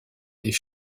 des